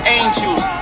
angels